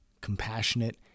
compassionate